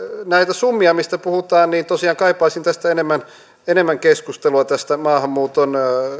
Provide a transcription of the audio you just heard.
näitä summia mistä puhutaan niin tosiaan kaipaisin enemmän enemmän keskustelua näistä maahanmuuton